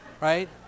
Right